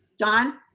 john.